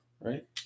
Right